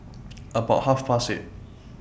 about Half Past eight